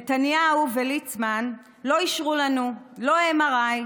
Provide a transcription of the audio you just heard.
נתניהו וליצמן לא אישרו לנו לא MRI,